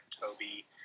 Toby